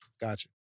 Gotcha